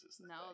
No